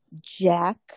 Jack